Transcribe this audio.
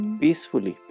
peacefully